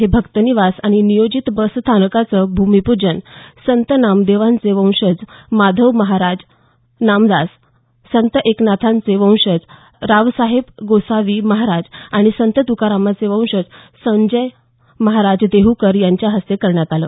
हे भक्त निवास आणि नियोजित बसस्थानकाचं भुमिपूजन संत नामदेवांचे वंशज माधव महाराज नामदास संत एकनाथांचे वंशज रावसाहेब गोसावी महाराज आणि संत तुकारामांचे वंशज संजय महाराज देहूकर यांच्या हस्ते करण्यात आलं